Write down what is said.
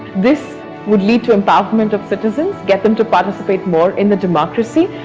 this would lead to empowerment of citizens, get them to participate more in the democracy,